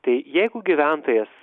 tai jeigu gyventojas